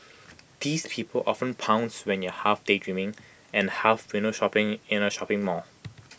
these people often pounce when you half daydreaming and half window shopping in A shopping mall